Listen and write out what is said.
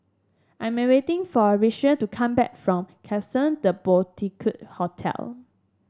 I am waiting for Ritchie to come back from Klapsons The Boutique Hotel